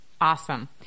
Awesome